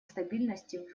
стабильности